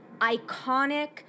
iconic